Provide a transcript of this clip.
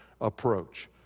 approach